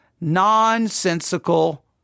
nonsensical